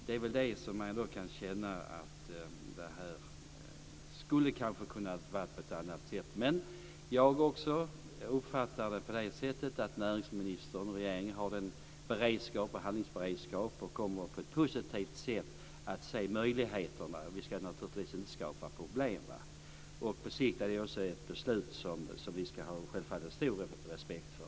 Det är väl där man kan känna att det här kanske skulle ha kunnat vara på ett annat sätt. Men jag uppfattar det också som att näringsministern och regeringen har en handlingsberedskap och att man på ett positivt sätt kommer att se möjligheterna. Vi ska naturligtvis inte skapa problem. På sikt är det också ett beslut som vi självfallet ska ha stor respekt för.